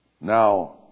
Now